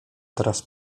teraz